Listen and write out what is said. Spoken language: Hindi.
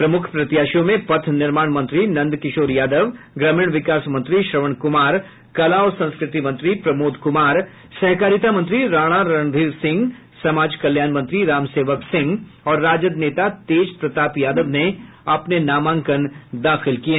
प्रमुख प्रत्याशियों में पथ निर्माण मंत्री नंद किशोर यादव ग्रामीण विकास मंत्री श्रवण कुमार कला और संस्कृति मंत्री प्रमोद कुमार सहकारिता मंत्री राणा रणधीर सिंह समाज कल्याण मंत्री राम सेवक सिंह और राजद नेता तेज प्रताप यादव ने अपने नामांकन दाखिल किये